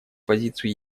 позицию